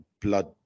blood